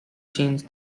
change